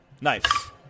Nice